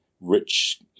rich